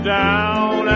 down